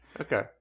Okay